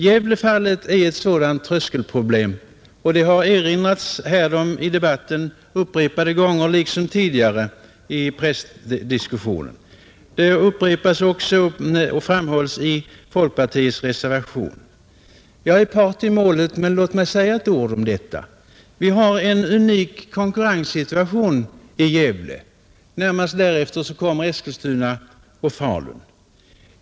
Gävlefallet är ett sådant, och det har erinrats härom i debatten upprepade gånger liksom tidigare i pressdiskussionen. Det upprepas och framhålles också i folkpartiets reservation. Jag är part i målet, men låt mig säga några ord om detta. Vi har en unik konkurrenssituation i Gävle. Närmast därefter kommer Eskilstuna och Falun.